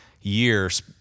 years